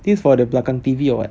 this is for the belakang T_V or what